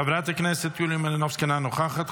חברת הכנסת יוליה מלינובסקי, אינה נוכחת,